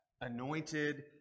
anointed